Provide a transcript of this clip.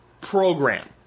program